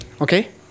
okay